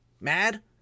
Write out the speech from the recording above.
mad